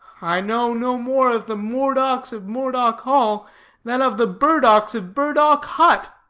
i know no more of the moredocks of moredock hall than of the burdocks of burdock hut,